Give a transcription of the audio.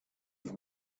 have